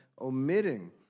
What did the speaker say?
omitting